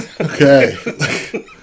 Okay